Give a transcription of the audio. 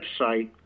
website